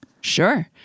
sure